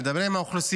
לדבר עם האוכלוסייה.